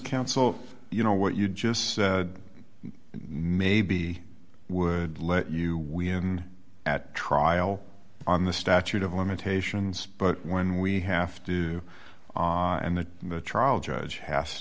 counsel you know what you just maybe i would let you win at trial on the statute of limitations but when we have to and the the trial judge has